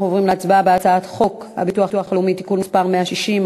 אנחנו עוברים להצבעה על הצעת חוק הביטוח הלאומי (תיקון מס' 160),